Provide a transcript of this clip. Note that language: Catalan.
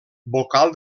vocal